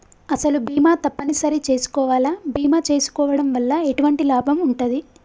అసలు బీమా తప్పని సరి చేసుకోవాలా? బీమా చేసుకోవడం వల్ల ఎటువంటి లాభం ఉంటది?